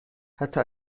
حتی